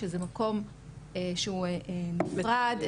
שזה מקום שהוא נפרד,